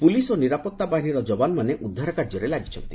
police ଓ ନିରାପତ୍ତା ବାହିନୀର ଯବାନମାନେ ଉଦ୍ଧାର କାର୍ଯ୍ୟରେ ଲାଗିଛନ୍ତି